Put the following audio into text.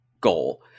goal